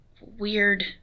weird